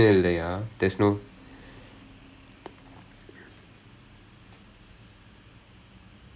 physics னு இல்லை:nu illai physics I it the only time it becomes relevant for me வந்து என்னன்னா அந்த:vanthu ennannaa antha elective